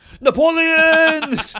Napoleon